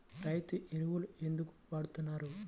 రైతు ఎరువులు ఎందుకు వాడుతున్నారు?